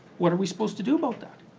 what are we supposed to do about that?